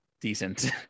decent